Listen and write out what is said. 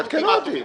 אין אולטימטומים.